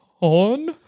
On